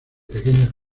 pequeños